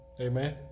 Amen